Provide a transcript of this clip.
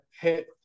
hit